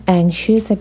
anxious